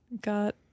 got